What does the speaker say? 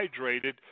hydrated